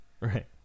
right